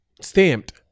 Stamped